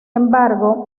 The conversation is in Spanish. embargo